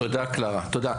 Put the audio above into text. תודה, קלרה, תודה.